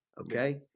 Okay